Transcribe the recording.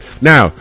Now